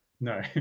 No